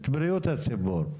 את בריאות הציבור.